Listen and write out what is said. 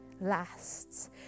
lasts